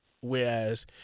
Whereas